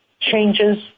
changes